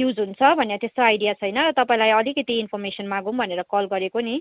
use हुन्छ भनेर त्यस्तो आइडिया छैन तपाईँलाई अलिकति इन्फर्मेसन मागौँ भनेर कल गरेको नि